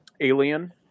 Alien